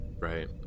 Right